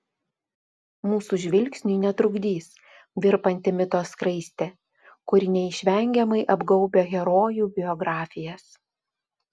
mūsų žvilgsniui netrukdys virpanti mito skraistė kuri neišvengiamai apgaubia herojų biografijas